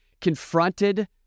confronted